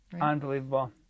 Unbelievable